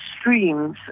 streams